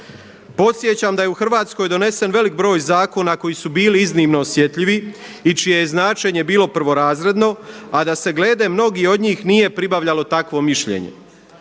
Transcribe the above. Podsjećam da je u Hrvatskoj donesen velik broj zakona koji su bili iznimno osjetljivi i čije je značenje bilo prvorazredno a da se glede mnogih od njih nije pribavljalo takvo mišljenje.